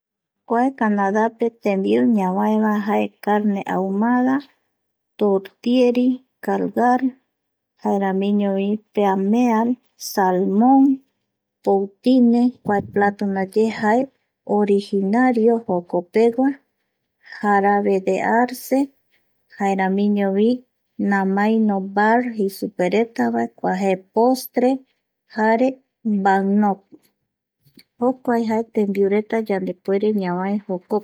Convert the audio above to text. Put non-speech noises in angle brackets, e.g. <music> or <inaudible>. Kua canadape <noise> tembiu ñavaeva jae carne <noise> ahumada turtieri, calgar, jaeramiñovi flameal, <noise> salmon tontine, <noise> kua plato ndaye jae originario jokopegua, jarabe de arce jaeramiñovi namaino <noise> bar kua jae postre jare vanno jokuae jae tembiureta yandepuere ñavae jokope